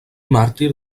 màrtir